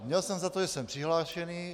Měl jsem za to, že jsem přihlášený.